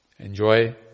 enjoy